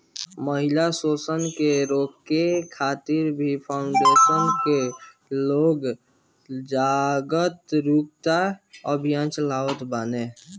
महिला शोषण के रोके खातिर भी फाउंडेशन कअ लोग जागरूकता अभियान चलावत बाने